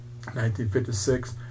1956